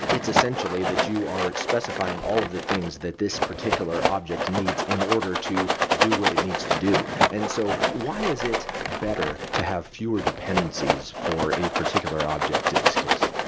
it's essentially that you are specifying all of the things that this particular object needs in order to do what it needs to do. and so why is it better to have fewer dependencies for a particular object in this case?